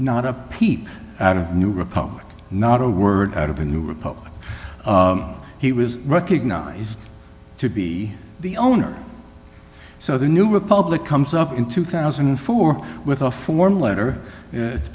not a peep out of new republic not a word out of a new republic he was recognised to be the owner so the new republic comes up in two thousand and four with a form letter it's